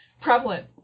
prevalent